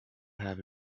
have